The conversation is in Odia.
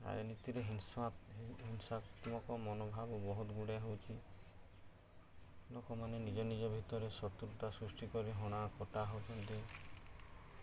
ରାଜନୀତିରେ ହିଂସାତ୍ମକ ମନୋଭାବ ବହୁତଗୁଡ଼ା ହେଉଛି ଲୋକମାନେ ନିଜ ନିଜ ଭିତରେ ଶତ୍ରୁତା ସୃଷ୍ଟି କରି ହଣା କଟା ହେଉଛନ୍ତି